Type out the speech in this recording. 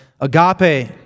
agape